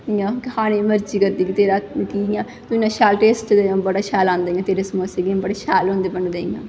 खाने गी मर्जी करदी कि इ'यां शैल टेस्ट बड़ा शैल आंदा तेरे समोसे बड़े शैल होंदे बने दे इ'यां